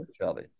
Shelby